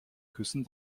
küssen